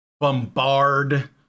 bombard